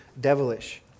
devilish